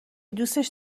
دوستش